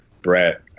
Brett